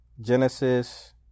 Genesis